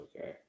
okay